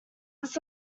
this